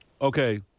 Okay